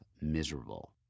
miserable